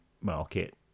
market